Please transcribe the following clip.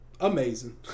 Amazing